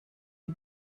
you